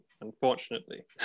unfortunately